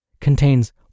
contains